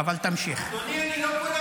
אני לא אשתוק, אדוני.